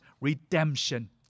redemption